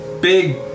Big